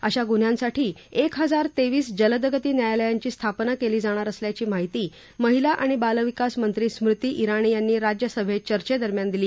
अशा गुन्ह्यांसाठी एक हजार तेवीस जलदगती न्यायालयांची स्थापना केली जाणार असल्याची माहिती महिला आणि बालविकास मंत्री स्मृती ा राणी यांनी राज्यसभेत चर्चे दरम्यान दिली